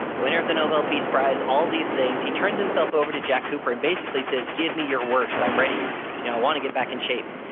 winner of the nobel peace prize, all these things, he turns himself over to jack cooper and basically says, give me your worst, i'm ready. you know i want to get back in shape.